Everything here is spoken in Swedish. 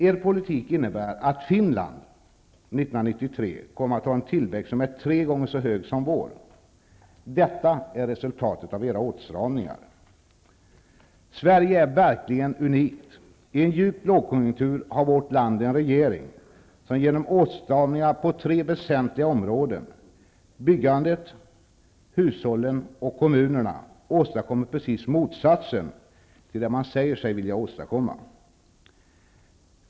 Er politik innebär att Finland 1993 kommer att ha en tillväxt som är tre gånger så hög som vår. Detta är resultatet av era åtstramningar. Sverige är verkligen unikt. I en djup lågkonjunktur har vårt land en regering som genom åtstramningar på tre väsentliga områden -- byggandet, hushållen och kommunerna -- åstadkommer precis motsatsen till det man säger sig vilja åstadkomma.